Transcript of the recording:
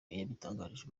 yabitangarije